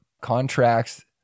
contracts